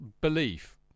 belief